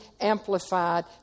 Amplified